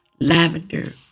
lavender